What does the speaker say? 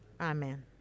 Amen